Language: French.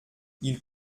ils